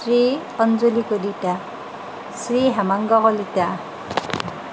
Shri Anjali Kalita Shri Hemanga Kalita